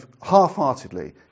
half-heartedly